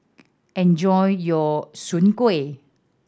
enjoy your Soon Kueh